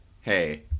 hey